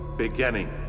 beginning